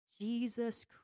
Jesus